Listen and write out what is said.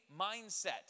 mindset